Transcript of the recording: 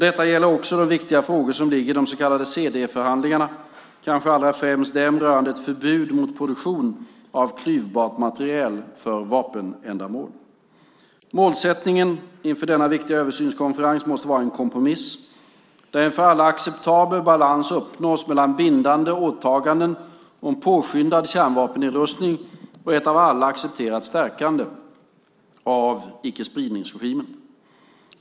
Detta gäller också de viktiga frågor som ligger i de så kallade CD-förhandlingarna - kanske allra främst dem rörande ett förbud mot produktion av klyvbart material för vapenändamål . Målsättningen inför den mycket viktiga översynskonferensen måste vara en kompromiss, där en för alla acceptabel balans uppnås mellan bindande åtaganden om påskyndad kärnvapennedrustning och ett av alla accepterat stärkande av icke-spridningsregimen.